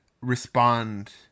respond